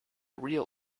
real